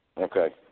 Okay